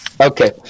okay